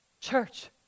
Church